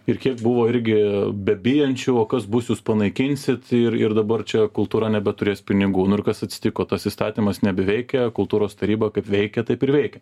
ir kiek buvo irgi bebijančių o kas bus jūs panaikinsit ir ir dabar čia kultūra nebeturės pinigų nu ir kas atsitiko tas įstatymas nebeveikia kultūros taryba kaip veikė taip ir veikia